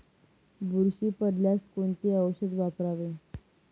बुरशी पडल्यास कोणते औषध वापरावे?